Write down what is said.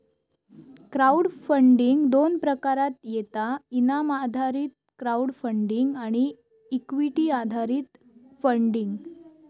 crowd funding दोन प्रकारात येता इनाम आधारित क्राउड फंडिंग आणि इक्विटी आधारित फंडिंग